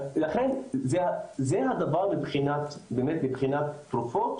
לכן זה הדבר מבחינת תרופות,